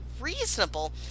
reasonable